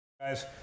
Guys